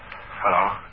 Hello